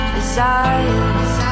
Desires